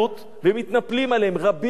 רבים מהם,